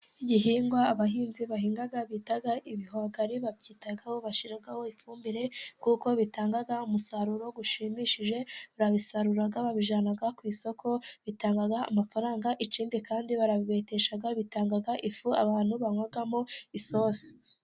Igihingwa abahinzi bahinga bitaa ibihwagari, babyitaho bashyiraho ifumbire kuko bitanga umusaruro ushimishije, barabisarura babijyana ku isoko bitanga amafaranga, ikindi kandi barabibetesha bitanga ifu abantu banywamo isosi.